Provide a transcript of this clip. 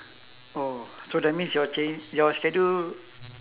oh so that means your chang~ your schedule